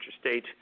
state